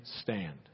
stand